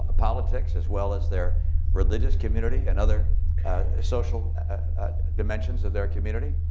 politics as well as their religious community and other social dimensions of their community.